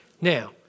Now